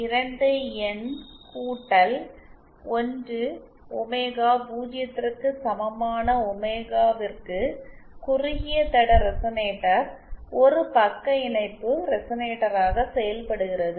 2 N 1 omega 0 க்கு சமமான ஒமேகாவிற்கு குறுகிய தட ரெசனேட்டர் ஒரு பக்க இணைப்பு ரெசனேட்டராக செயல்படுகிறது